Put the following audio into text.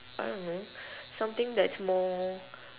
I don't know something that's more